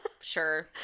sure